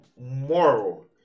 moral